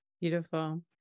Beautiful